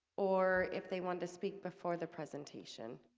or if they want to speak before the presentation